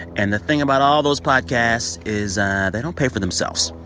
and the thing about all those podcasts is they don't pay for themselves.